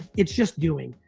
it's just doing.